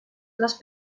les